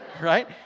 Right